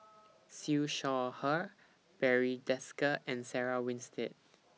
Siew Shaw Her Barry Desker and Sarah Winstedt